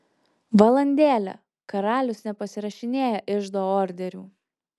valandėlę karalius nepasirašinėja iždo orderių